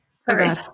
Sorry